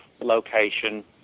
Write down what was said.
location